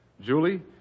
Julie